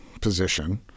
position